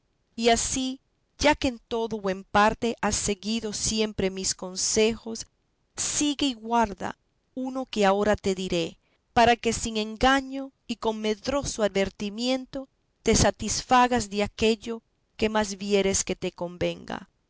y así ya que en todo o en parte has seguido siempre mis consejos sigue y guarda uno que ahora te diré para que sin engaño y con medroso advertimento te satisfagas de aquello que más vieres que te convenga